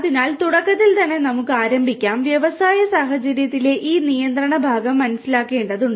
അതിനാൽ തുടക്കത്തിൽ തന്നെ നമുക്ക് ആരംഭിക്കാം വ്യവസായ സാഹചര്യത്തിലെ ഈ നിയന്ത്രണ ഭാഗം മനസ്സിലാക്കേണ്ടതുണ്ട്